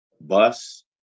Bus